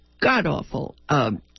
god-awful